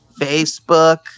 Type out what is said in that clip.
Facebook